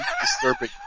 disturbing